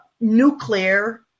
nuclear